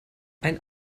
ein